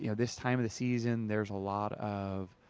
you know this time of the season there's a lot of.